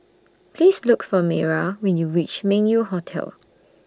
Please Look For Mayra when YOU REACH Meng Yew Hotel